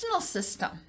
system